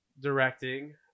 directing